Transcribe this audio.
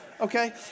Okay